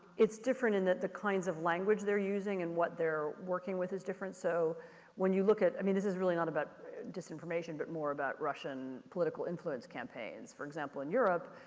it's different in that the kinds of language they're using and what they're working with is different. so when you look at, i mean this is really not about disinformation but more about russian political influence campaigns. for example, in europe,